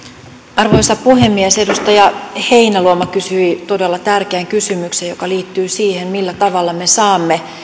arvoisa puhemies edustaja heinäluoma kysyi todella tärkeän kysymyksen joka liittyy siihen millä tavalla me saamme